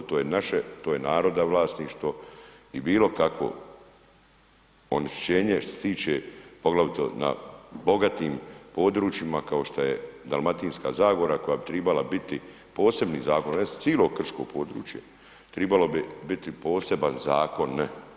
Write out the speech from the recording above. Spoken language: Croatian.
To je naše, to je naroda vlasništvo i bilo kakvo onečišćenje što se tiče poglavito na bogatim područjima kao što je Dalmatinska zagora koja bi trebala biti posebni zakon cijelog krškog područja, trebao bi biti poseban zakon.